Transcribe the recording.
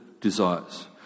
desires